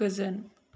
गोजोन